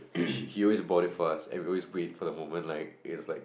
and she he always bought it first and we always wait for a moment like is like